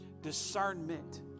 discernment